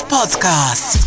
Podcast